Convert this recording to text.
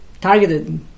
targeted